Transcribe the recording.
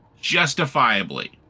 justifiably